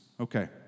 Okay